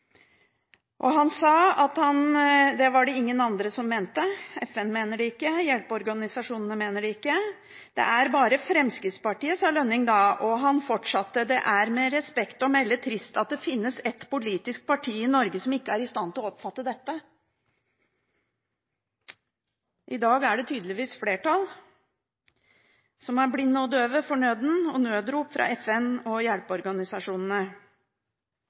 Og han sa at det var det ingen andre som mente – FN mener det ikke, hjelpeorganisasjonene mener det ikke. Det er bare Fremskrittspartiet, sa Lønning da, og han fortsatte: «Det er med respekt å melde litt trist at det finnes et politisk parti i Norge som ikke er i stand til å oppfatte dette.» I dag er det tydeligvis et flertall som er blinde og døve for nøden og nødrop fra FN og hjelpeorganisasjonene.